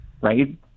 right